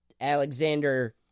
Alexander